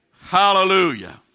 Hallelujah